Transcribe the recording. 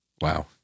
Wow